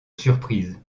surprise